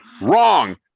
wrong